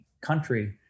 country